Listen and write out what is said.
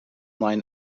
line